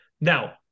Now